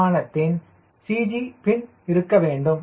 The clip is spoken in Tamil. விமானத்தின் CG பின் இருக்க வேண்டும்